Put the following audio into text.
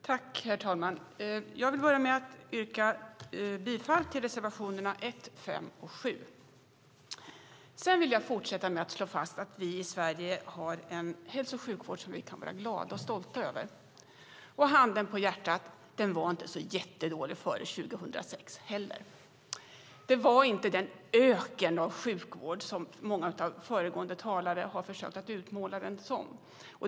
Herr talman! Jag vill börja med att yrka bifall till reservationerna 1, 5 och 7. Jag vill fortsätta med att slå fast att vi i Sverige har en hälso och sjukvård som vi kan vara glada och stolta över. Handen på hjärtat, den var inte så jättedålig före 2006 heller. Det var inte den öken av sjukvård som många av de föregående talarna har försökt utmåla den som.